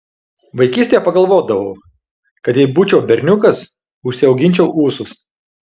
vaikystėje pagalvodavau kad jei būčiau berniukas užsiauginčiau ūsus